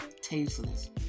tasteless